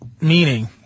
meaning